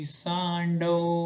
sando